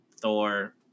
Thor